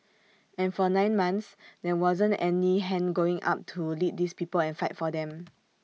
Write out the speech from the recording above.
and for nine months there wasn't any hand going up to lead these people and fight for them